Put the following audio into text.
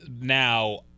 now